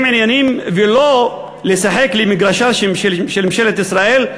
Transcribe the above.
עניינים ולא לשחק למגרשה של ממשלת ישראל,